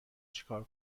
چیکار